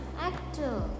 actor